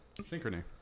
Synchrony